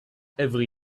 every